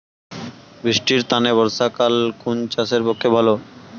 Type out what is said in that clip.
বৃষ্টির তানে বর্ষাকাল কুন চাষের পক্ষে ভালো?